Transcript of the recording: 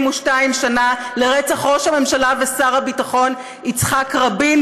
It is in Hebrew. שנה לרצח ראש הממשלה ושר הביטחון יצחק רבין,